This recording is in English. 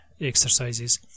exercises